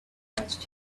touched